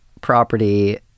property